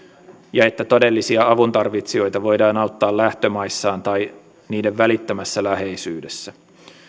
ja että todellisia avuntarvitsijoita voidaan auttaa lähtömaissaan tai niiden välittömässä läheisyydessä